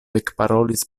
ekparolis